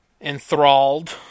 enthralled